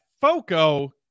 FOCO